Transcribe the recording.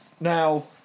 Now